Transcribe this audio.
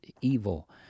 evil